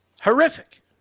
Horrific